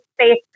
space